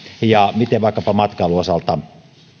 ja miten vaikkapa matkailun osalta